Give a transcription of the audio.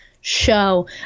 show